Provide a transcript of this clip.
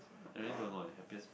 I really don't know eh happiest